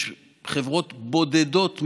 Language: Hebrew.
יש חברות בודדות,